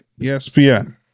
ESPN